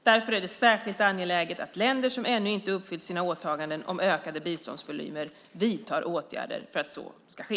Därför är det särskilt angeläget att länder som ännu inte uppfyllt sina åtaganden om ökade biståndsvolymer vidtar åtgärder för att så ska ske.